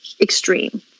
Extreme